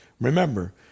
Remember